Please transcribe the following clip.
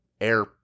Air